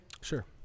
Sure